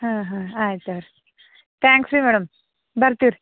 ಹಾಂ ಹಾಂ ಆಯ್ತು ಹೇಳ್ ತ್ಯಾಂಕ್ಸ್ ರೀ ಮೇಡಮ್ ಬರ್ತೀವಿ ರೀ